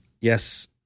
Yes